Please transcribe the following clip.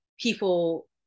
people